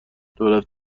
دولت